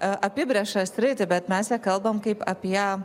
apibrėžtą sritį bet mes ją kalbam kaip apie